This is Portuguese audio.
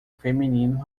feminino